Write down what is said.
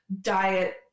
diet